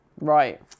Right